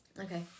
Okay